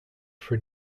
for